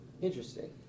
Interesting